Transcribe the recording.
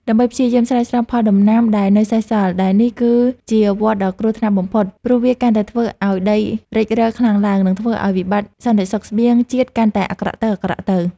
ដើម្បីព្យាយាមស្រោចស្រង់ផលដំណាំដែលនៅសេសសល់ ដែលនេះគឺជាវដ្តដ៏គ្រោះថ្នាក់បំផុត ព្រោះវាកាន់តែធ្វើឱ្យដីរិចរឹលខ្លាំងឡើង និងធ្វើឱ្យវិបត្តិសន្តិសុខស្បៀងជាតិកាន់តែអាក្រក់ទៅៗ។